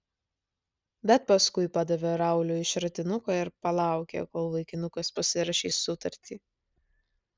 bet paskui padavė rauliui šratinuką ir palaukė kol vaikinukas pasirašys sutartį